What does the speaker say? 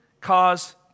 cause